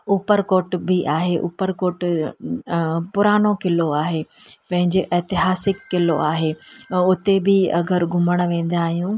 उपरकोट बि आहे उपरकोट पुरानो किलो आहे पंहिंजे एतिहासिक किलो आहे उते बि अगरि घुमणु वेंदा आहियूं